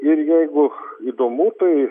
ir jeigu įdomu tai